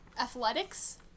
athletics